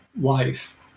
life